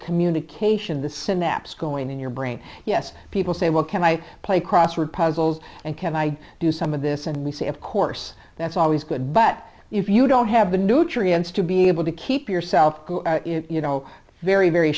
communication of the synapse going in your brain yes people say well can i play crossword puzzles and can i do some of this and we say of course that's always good but if you don't have the nutrients to be able to keep yourself you know very very